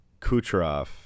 Kucherov